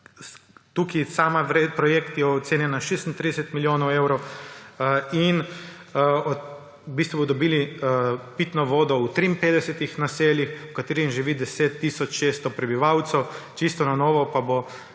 Projekt je ocenjen na 36 milijonov evrov in v bistvu bodo dobili pitno vodo v 53 naseljih, v katerih živi 10 tisoč 600 prebivalcev, čisto na novo pa bo